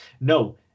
no